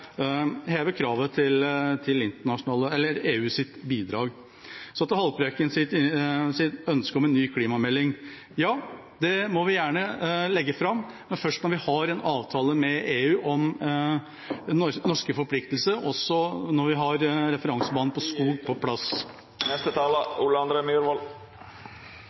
heve kravet til EUs bidrag. Så til Haltbrekkens ønske om en ny klimamelding. Ja, det må vi gjerne legge fram, men først når vi har en avtale med EU om norske forpliktelser, og når vi har referansebanen for skog på plass. Når jeg nå tar ordet for andre